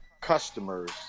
customers